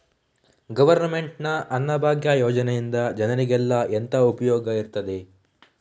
Government ನ ಅನ್ನಭಾಗ್ಯ ಯೋಜನೆಯಿಂದ ಜನರಿಗೆಲ್ಲ ಎಂತ ಉಪಯೋಗ ಇರ್ತದೆ?